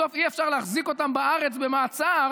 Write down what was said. בסוף אי-אפשר להחזיק אותם בארץ במעצר